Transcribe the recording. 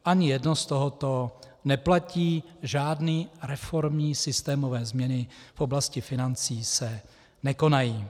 Ani jedno z tohoto neplatí, žádné reformní systémové změny v oblasti financí se nekonají.